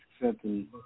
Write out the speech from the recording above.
accepting